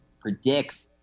predicts